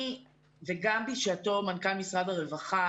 בשעתו מנכ"ל משרד הרווחה,